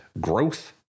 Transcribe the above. growth